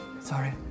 Sorry